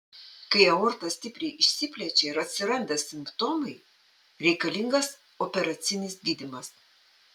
kai aorta stipriai išsiplečia ir atsiranda simptomai reikalingas operacinis gydymas